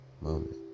moment